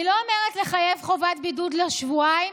אני לא אומרת לחייב חובת בידוד לשבועיים,